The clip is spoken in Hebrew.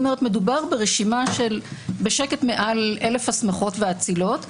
מדובר ברשימה של מעל 1,000 הסמכות ואצילות בשקט.